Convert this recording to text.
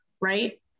right